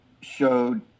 showed